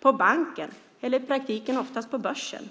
på banken, eller i praktiken oftast på börsen.